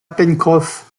pencroff